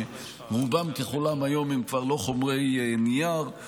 שרובם ככולם היום הם כבר לא חומרי נייר.